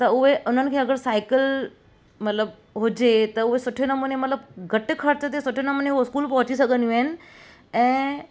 त उहे उन्हनि खे अगरि साइकिल मतिलबु हुजे त उहे सुठे नमूने मतिलबु घटि ख़र्च ते सुठे नमूने उहो स्कूल पहुची सघंदियूं आहिनि ऐं